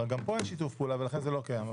אבל גם פה אין שיתוף פעולה ולכן זה לא קיים.